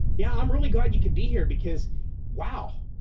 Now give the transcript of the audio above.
yeah. i'm really glad you could be here because wow.